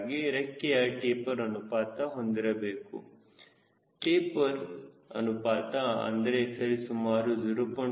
ಹೀಗಾಗಿ ರೆಕ್ಕೆಯಲ್ಲಿ ಟೆಪರ್ ಅನುಪಾತ ಹೊಂದಿರಬೇಕು ಟೆಪರ್ ಅನುಪಾತ ಅಂದರೆ ಸರಿ ಸುಮಾರು 0